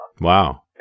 Wow